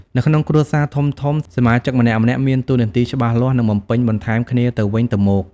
នៅក្នុងគ្រួសារធំៗ សមាជិកម្នាក់ៗមានតួនាទីច្បាស់លាស់ និងបំពេញបន្ថែមគ្នាទៅវិញទៅមក។